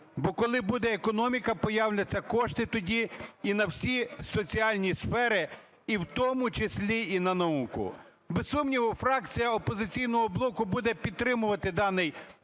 бо коли буде економіка, появляться кошти тоді і на всі соціальні сфери, і в тому числі і на науку. Без сумніву, фракція "Опозиційного блоку" буде підтримувати даний проект